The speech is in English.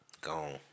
Gone